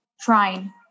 trying